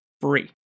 free